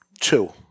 Two